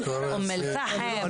אום אל-פחם.